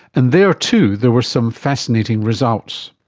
and there too there was some fascinating results.